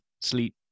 sleep